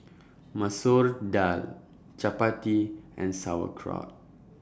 Masoor Dal Chapati and Sauerkraut